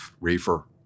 reefer